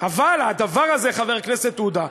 אבל הדבר הזה, חבר הכנסת עודה,